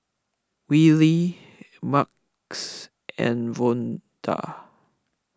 Wylie Marquez and Vonda